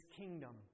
kingdom